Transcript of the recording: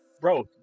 bro